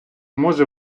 може